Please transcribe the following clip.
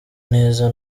neza